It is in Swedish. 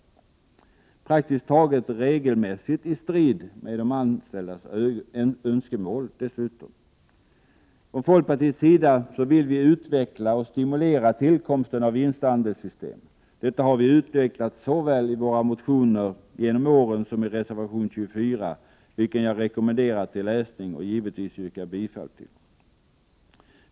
Det sker dessutom praktiskt taget regelmässigt i strid med de anställdas önskemål. Från folkpartiets sida vill vi utveckla och stimulera tillkomsten av vinstandelssystem. Detta har vi motiverat såväl i våra motioner genom åren som i reservation 24, vilken jag rekommenderar till läsning och givetvis yrkar bifall till.